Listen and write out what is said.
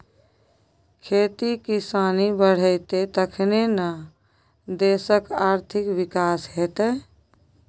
खेती किसानी बढ़ितै तखने न देशक आर्थिक विकास हेतेय